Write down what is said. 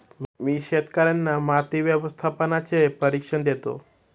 मी शेतकर्यांना माती व्यवस्थापनाचे प्रशिक्षण देतो